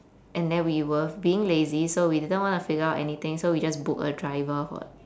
and then we were being lazy so we didn't want to figure out anything so we just book a driver